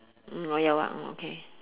mm ya jau ah mm okay